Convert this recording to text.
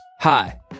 Hi